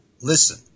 listen